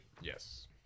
Yes